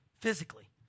physically